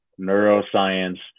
neuroscience